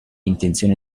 intenzione